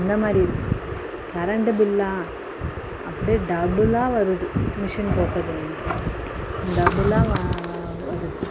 இந்த மாதிரி கரண்டு பில்லா அப்படியே டபுளாக வருது மிஷன் போட்டதில் இருந்து டபுளாக வருது